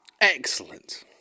Excellent